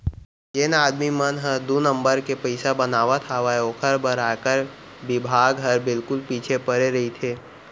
जेन आदमी मन ह दू नंबर के पइसा बनात हावय ओकर बर आयकर बिभाग हर बिल्कुल पीछू परे रइथे